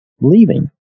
leaving